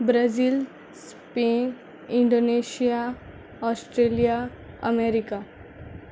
Brazil Spain Indonesia Australia America